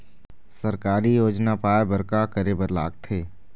सरकारी योजना पाए बर का करे बर लागथे?